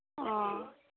অঁ